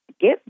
give